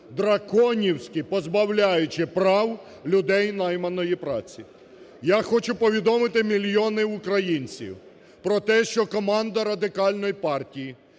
драконівськи позбавляючи прав людей найманої праці. Я хочу повідомити мільйонам українців про те, що команда Радикальної партії